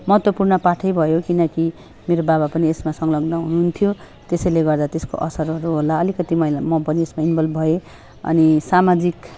महत्त्वपूर्ण पाठै भयो किनकि मेरो बाबा पनि यसमा संलग्न हुनुहुन्थ्यो त्यसैले गर्दा त्यसको असरहरू होला अलिकति मल म पनि यसमा इन्भल्भ भएँ अनि सामाजिक